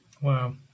Wow